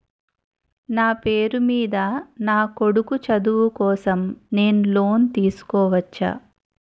నా పేరు మీద నా కొడుకు చదువు కోసం నేను లోన్ తీసుకోవచ్చా?